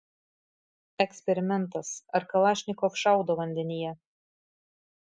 eksperimentas ar kalašnikov šaudo vandenyje